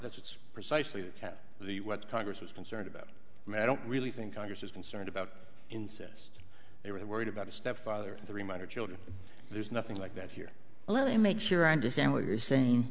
that's precisely the what congress was concerned about and i don't really think congress is concerned about incest they were worried about a stepfather and three minor children there's nothing like that here let me make sure i understand what you're saying